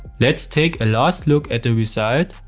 let's take a last look at the result.